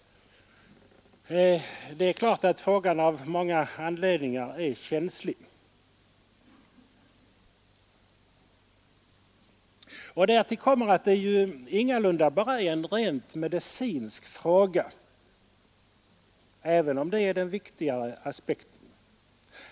Det är klart att frågan av många anledningar är känslig. Därtill kommer att den ingalunda bara är en rent medicinsk fråga, även om denna självklart är den viktigaste.